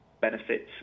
benefits